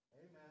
Amen